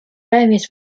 various